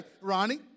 Ronnie